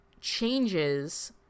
changes